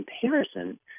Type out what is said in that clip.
comparison